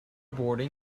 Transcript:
boarding